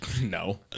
No